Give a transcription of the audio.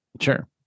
Sure